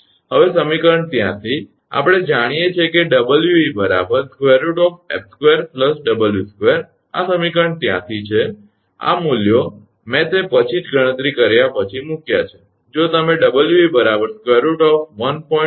હવે સમીકરણ 83 આપણે જાણીએ છીએ કે 𝑊𝑒 √𝐹2 𝑊2 આ સમીકરણ 83 છે આ મૂલ્યો મેં તે પછી જ ગણતરી કર્યા પછી મૂક્યા છે જો તમે 𝑊𝑒 √1